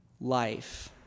life